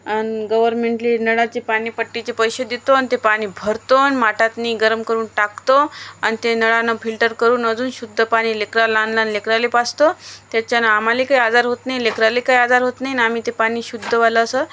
आणि गव्हर्नमेंटला नळाचे पाणीपट्टीचे पैसे देतो आणि ते पाणी भरतो आणि माठातून गरम करून टाकतो आणि ते नळांना फिल्टर करून अजून शुद्ध पाणी लेकरं लहान लहान लेकराला पाजतो त्याच्यानं आम्हाला काही आजार होत नाही लेकराला काही आजार होत नाही आणि आम्ही ते पाणी शुद्धवालं असं